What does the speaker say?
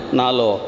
nalo